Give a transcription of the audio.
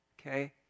Okay